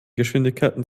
geschwindigkeiten